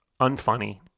unfunny